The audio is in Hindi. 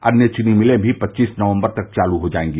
अन्य चीनी मिले भी पच्चीस नक्म्बर तक चालू हो जायेंगी